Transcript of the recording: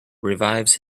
revives